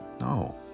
No